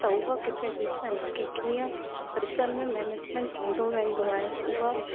त उहा किथे ॾिसण की कीअं परीक्षा में मैनेजमेंट थींदो वेंदो आहे उहा